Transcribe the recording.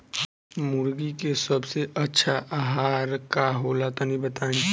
मुर्गी के सबसे अच्छा आहार का होला तनी बताई?